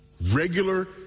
Regular